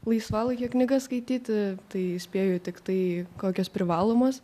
laisvalaikio knygas skaityt tai spėju tiktai kokios privalomos